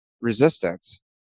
resistance